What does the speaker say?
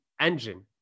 engine